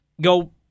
go